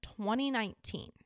2019